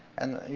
and,